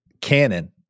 canon